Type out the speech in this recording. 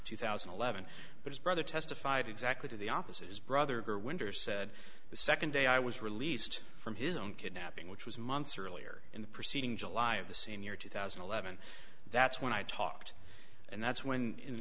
two thousand and eleven but his brother testified exactly the opposite his brother or winder said the second day i was released from his own kidnapping which was months earlier in the proceeding july of the senior two thousand and eleven that's when i talked and that's when